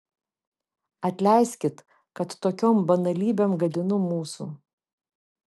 atleiskit kad tokiom banalybėm gadinu mūsų